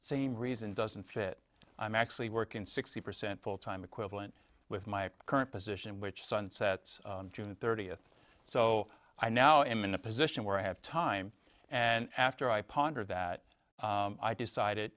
same reason doesn't fit i'm actually working sixty percent full time equivalent with my current position which sunsets on june thirtieth so i now am in a position where i have time and after i pondered that i decided